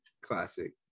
Classic